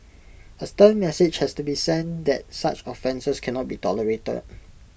A stern message has to be sent that such offences can not be tolerated